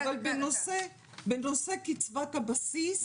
אבל בנושא קצבת הבסיס